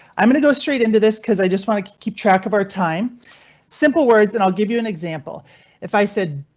i'm going to go straight into this, cause i just want to keep track of our time simple words and i'll give you an example if i said,